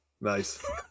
nice